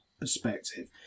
perspective